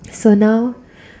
so now